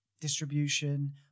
distribution